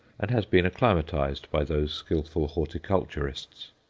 and has been acclimatized by those skilful horticulturists.